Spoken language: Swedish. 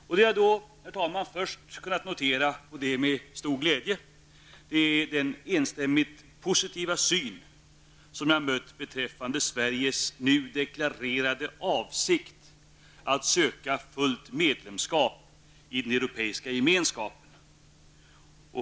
Vad jag då, herr talman, först har kunnat notera -- och det med stor glädje -- är den enstämmigt positiva syn som jag har mött beträffande Sveriges nu deklarerade avsikt att söka fullt medlemskap i den europeiska gemenskapen.